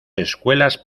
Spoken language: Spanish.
escuelas